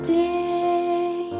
day